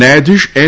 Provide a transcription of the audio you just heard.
ન્યાયાધીશ એન